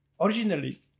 Originally